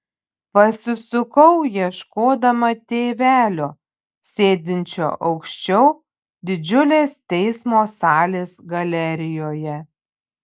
pasisukau ieškodama tėvelio sėdinčio aukščiau didžiulės teismo salės galerijoje